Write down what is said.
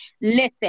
listen